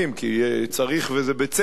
כי צריך וזה בצדק.